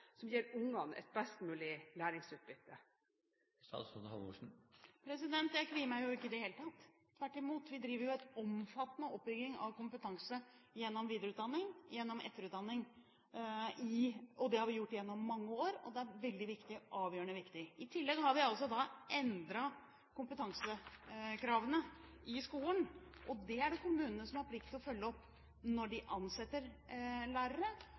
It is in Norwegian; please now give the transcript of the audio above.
som gir ungene et best mulig læringsutbytte? Jeg kvier meg ikke i det hele tatt – tvert imot. Vi driver jo en omfattende oppbygging av kompetanse gjennom videreutdanning og gjennom etterutdanning. Det har vi gjort gjennom mange år. Det er veldig viktig – avgjørende viktig. I tillegg har vi altså endret kompetansekravene i skolen, og dét er det kommunene som har plikt til å følge opp når de ansetter lærere, og når de er opptatt av å tilby etter- og videreutdanning til de lærerne